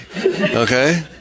Okay